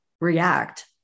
react